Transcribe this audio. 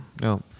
No